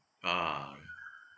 ah